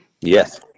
yes